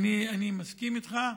אני מסכים איתך.